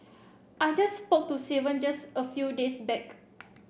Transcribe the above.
I just spoke to Steven just a few days back